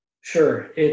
Sure